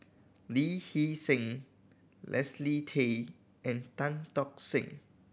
Lee Hee Seng Leslie Tay and Tan Tock Seng